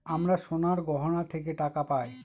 আমরা সোনার গহনা থেকে টাকা পায়